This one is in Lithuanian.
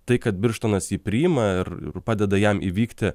tai kad birštonas jį priima ir ir padeda jam įvykti